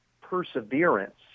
perseverance